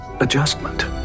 adjustment